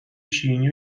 شیرینی